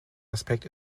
aspekt